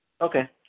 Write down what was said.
Okay